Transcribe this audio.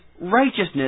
righteousness